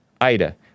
Ida